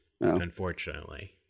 unfortunately